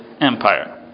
empire